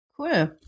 Cool